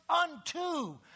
unto